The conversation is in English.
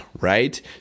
right